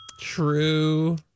true